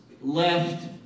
left